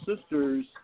sisters